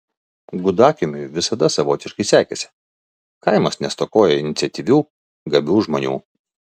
gudakiemiui visada savotiškai sekėsi kaimas nestokojo iniciatyvių gabių žmonių